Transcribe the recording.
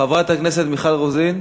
חברת הכנסת מיכל רוזין,